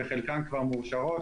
שחלקן כבר מאושרות,